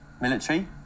Military